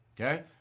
Okay